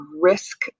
risk